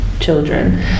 children